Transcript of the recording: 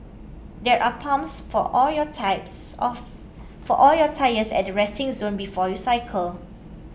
there are pumps for all your types of for all your tyres at the resting zone before you cycle